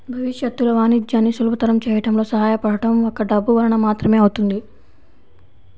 భవిష్యత్తులో వాణిజ్యాన్ని సులభతరం చేయడంలో సహాయపడటం ఒక్క డబ్బు వలన మాత్రమే అవుతుంది